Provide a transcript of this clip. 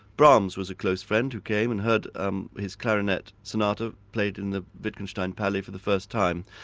brahms was a close friend who came and heard um his clarinet sonata played in the wittgenstein palais for the first time.